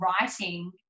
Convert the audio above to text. writing